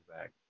back